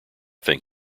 think